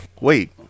Wait